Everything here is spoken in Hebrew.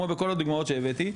כמו בכל הדוגמאות שהבאתי,